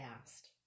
asked